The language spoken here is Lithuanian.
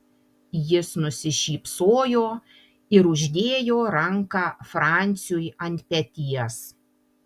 jis nusišypsojo ir uždėjo ranką franciui ant peties